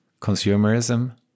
consumerism